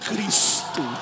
Cristo